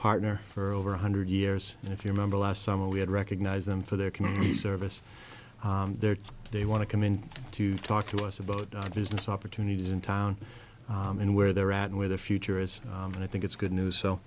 partner for over one hundred years and if you remember last summer we had recognized them for their community service there they want to come in to talk to us about business opportunities in town and where they're at and where the future is and i think it's good news so